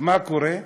מה קורה?